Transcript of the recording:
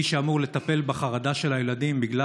מי שאמור לטפל בחרדה של הילדים בגלל